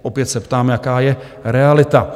Opět se ptám, jaká je realita?